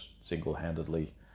single-handedly